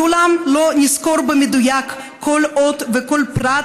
לעולם לא נזכור במדויק כל אות וכל פרט,